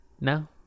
No